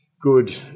good